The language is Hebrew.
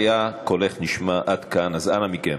קולך נשמע עד כאן, אז, אנא מכם.